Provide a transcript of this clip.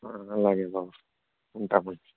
అలాగే బాబు ఉంటాం అండి